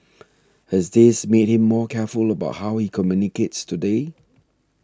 has this made him more careful about how he communicates today